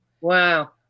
Wow